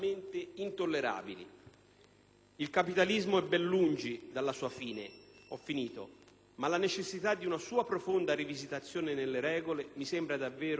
Il capitalismo è ben lungi dalla sua fine, ma la necessità di una sua profonda rivisitazione nelle regole mi sembra davvero ormai questione all'ordine del giorno.